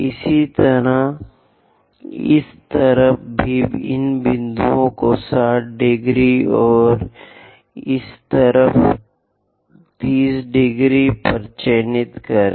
इसी तरह इस तरफ भी इन बिंदुओं को 60 डिग्री और इस तरफ 30 डिग्री पर चिह्नित करें